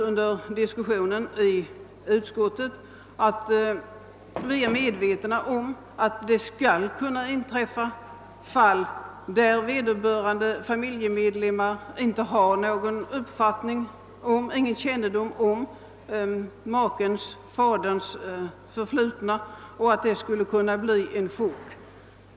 Under diskussionen i utskottet har också framförts att det kan inträffa fall där vederbörande familjemedlemmar inte har någon kännedom om makens/faderns förflutna och att det skulle kunna bli en chock.